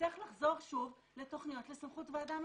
נצטרך לחזור שוב לתכניות בסמכות ועדה מחוזית.